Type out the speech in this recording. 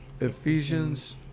ephesians